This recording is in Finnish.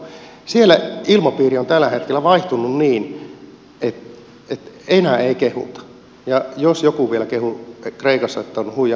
siellä ilmapiiri on tällä hetkellä vaihtunut niin että enää ei kehuta ja jos joku vielä kehuu kreikassa että on huijannut verottajaa niin sitä paheksutaan